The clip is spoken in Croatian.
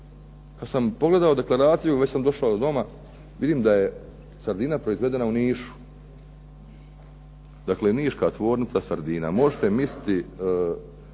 Kad sam pogledao deklaraciju, već sam došao doma, vidim da je sardina proizvedena u Nišu. Dakle, Niška tvornica sardina, možete misliti